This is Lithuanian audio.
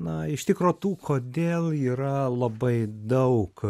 na iš tikro tų kodėl yra labai daug